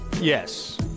Yes